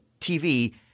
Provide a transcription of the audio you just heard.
TV